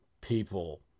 people